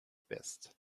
best